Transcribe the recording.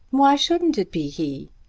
why shouldn't it be he?